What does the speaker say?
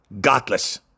Godless